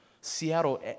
Seattle